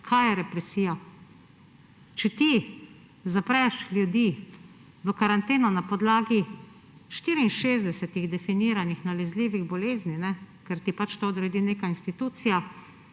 Kaj je represija? Če ti zapreš ljudi v karanteno na podlagi 64 definiranih nalezljivih bolezni, ker ti pač to odredi neka institucija,